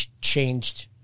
changed